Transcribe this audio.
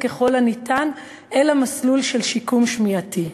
ככל הניתן אל המסלול של שיקום שמיעתי.